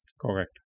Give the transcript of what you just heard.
Correct